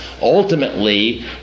ultimately